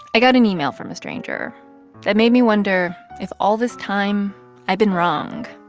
i got an email from a stranger that made me wonder if all this time i'd been wrong,